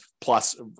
plus